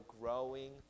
growing